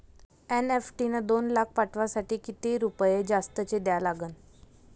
NEFT न दोन लाख पाठवासाठी किती रुपये जास्तचे द्या लागन?